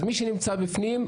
אז מי שנמצא בפנים,